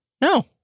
No